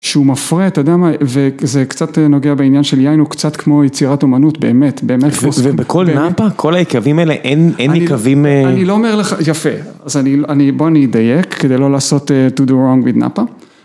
שהוא מפרה את אדם, וזה קצת נוגע בעניין של יין, הוא קצת כמו יצירת אומנות, באמת, באמת. - ובכל נאפה, כל היקבים האלה, אין יקבים... - אני לא אומר לך, יפה, אז אני, בוא אני אדייק, כדי לא לעשות to do wrong with נאפה.